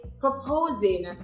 proposing